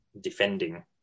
defending